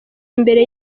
imbere